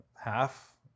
half